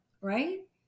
right